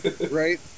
Right